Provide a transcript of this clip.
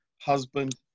husband